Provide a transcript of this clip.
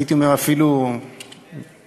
הייתי אומר אפילו מגעיל.